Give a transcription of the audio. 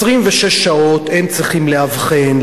26 שעות הם צריכים לאבחן,